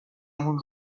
مون